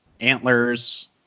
Antlers